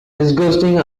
disgusting